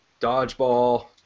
dodgeball